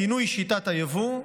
שינוי שיטת היבוא,